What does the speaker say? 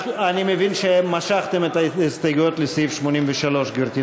אני מבין שמשכתם את ההסתייגויות לסעיף 83, גברתי.